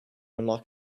unlock